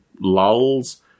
lulls